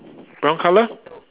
brown colour